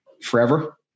forever